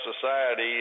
society